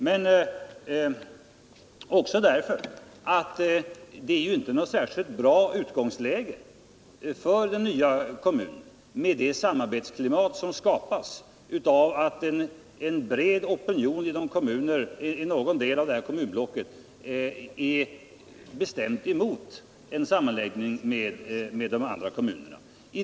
Men man skall också ta hänsyn därför att det inte blir något bra utgångsläge och samarbetsklimat för den nya kommunen, om det i någon del av kommunblocket skapas en bred opinion som är bestämt emot en sammanläggning med de andra kommunerna.